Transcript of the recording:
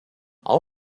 how